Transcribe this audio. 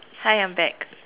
hi I'm back